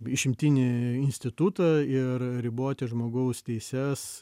išimtinį institutą ir riboti žmogaus teises